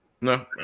No